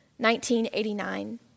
1989